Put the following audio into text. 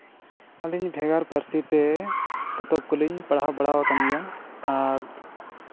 ᱟᱞᱮ ᱢᱤᱫ ᱵᱷᱮᱜᱟᱨ ᱯᱟᱹᱨᱥᱤ ᱛᱮ ᱯᱚᱛᱚᱵ ᱠᱚᱞᱤᱧ ᱯᱟᱲᱦᱟᱣ ᱵᱟᱲᱟ ᱟᱠᱟᱱ ᱜᱮᱭᱟ ᱟᱨ